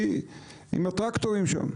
הקרן הקיימת עם הטרקטורים שם.